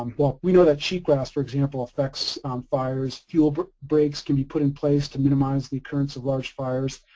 um well we know that cheatgrass for example affects fires. fuel but breaks can be put in place to minimize the occurrence of large fires.